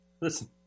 Listen